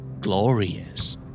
Glorious